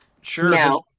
sure